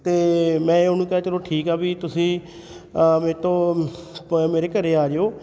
ਅਤੇ ਮੈਂ ਉਹਨੂੰ ਕਿਹਾ ਚਲੋ ਠੀਕ ਆ ਵੀ ਤੁਸੀਂ ਮੇਰੇ ਤੋਂ ਪ ਮੇਰੇ ਘਰ ਆ ਜਿਓ